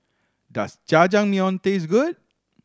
does Jajangmyeon taste good